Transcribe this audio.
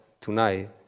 tonight